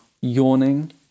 yawning